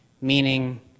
meaning